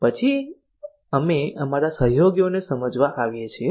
પછી અમે અમારા સહયોગીઓને સમજવા આવીએ છીએ